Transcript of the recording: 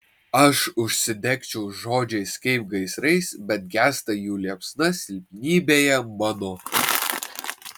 aš užsidegčiau žodžiais kaip gaisrais bet gęsta jų liepsna silpnybėje mano